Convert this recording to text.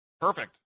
perfect